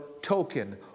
token